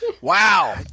Wow